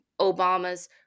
Obama's